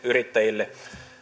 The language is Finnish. yrittäjille